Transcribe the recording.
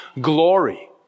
glory